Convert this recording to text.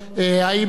בבקשה, מהר.